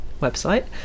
website